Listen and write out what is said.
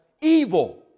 Evil